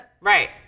Right